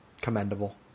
commendable